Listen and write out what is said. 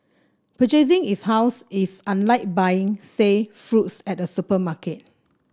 purchasing is house is unlike buying say fruits at a supermarket